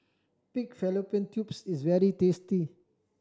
pig fallopian tubes is very tasty